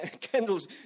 Kendall's